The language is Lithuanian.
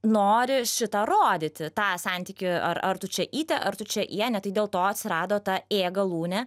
nori šitą rodyti tą santykį ar ar tu čia ytė ar tu čia ienė tai dėl to atsirado ta ė galūnė